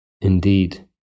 Indeed